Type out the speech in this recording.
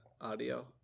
audio